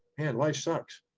and life sucks'.